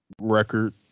Record